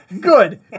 good